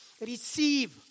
receive